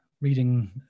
reading